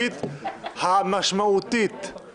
לאחר התייעצות הסיעתית המשמעותית שנערכה.